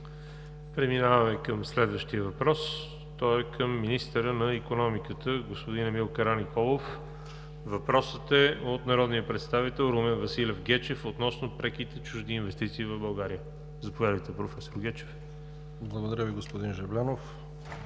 Преминаваме към следващия въпрос. Той е към министъра на икономиката господин Емил Караниколов. Въпросът е от народния представител Румен Василев Гечев относно преките чужди инвестиции в България. Заповядайте, професор Гечев. РУМЕН ГЕЧЕВ (БСП